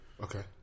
Okay